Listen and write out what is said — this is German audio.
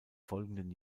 folgenden